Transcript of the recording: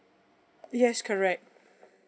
yes correct